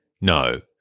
no